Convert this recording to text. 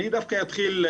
אני דווקא אתחיל,